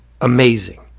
amazing